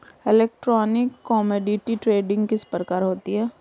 Electronic commodity trading किस प्रकार होती है?